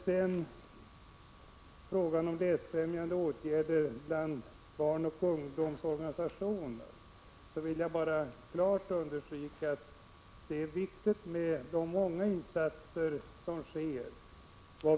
Beträffande läsfrämjande åtgärder bland barnoch ungdomsorganisationer vill jag klart understryka att det är viktigt med de många insatser som sker.